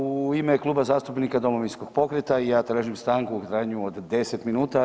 U ime Kluba zastupnika Domovinskog pokreta i ja tražim stanku u trajanju od 10 minuta.